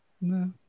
No